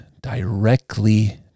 directly